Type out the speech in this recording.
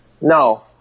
No